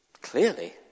clearly